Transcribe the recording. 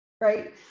right